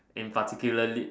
in particularly